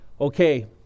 okay